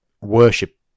worship